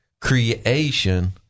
creation